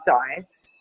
eyes